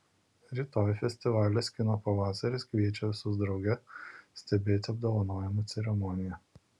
rytoj festivalis kino pavasaris kviečia visus drauge stebėti apdovanojimų ceremoniją